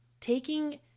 taking